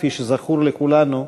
כפי שזכור לכולנו,